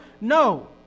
No